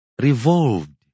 revolved